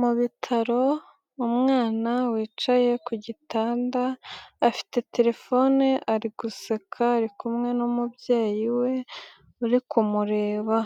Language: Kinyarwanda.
Mu bitaro umwana wicaye ku gitanda, afite terefone, ari guseka ari kumwe n'umubyeyi we, uri kumureba,